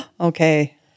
Okay